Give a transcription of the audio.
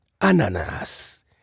Ananas